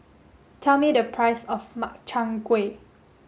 tell me the price of Makchang Gui